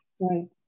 Right